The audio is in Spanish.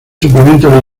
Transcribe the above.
suplemento